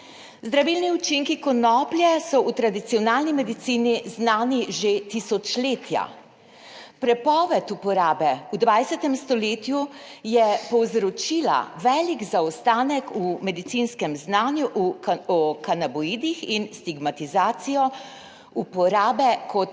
zdravilni učinki konoplje so v tradicionalni medicini znani že tisočletja. Prepoved uporabe v 20. stoletju je povzročila velik zaostanek v medicinskem znanju o kanaboidih in stigmatizacijo uporabe kot